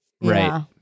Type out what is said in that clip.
Right